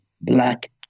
black